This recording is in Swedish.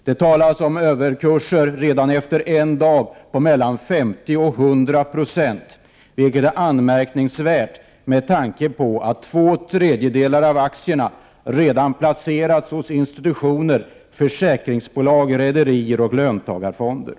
Det talas om överkurser redan efter en dag på mellan 50 och 100 26, vilket är anmärkningsvärt med tanke på att två tredjedelar av aktierna redan placerats hos institutioner, försäkringsbolag, rederier och löntagarfonder.